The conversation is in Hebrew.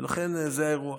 ולכן זה האירוע.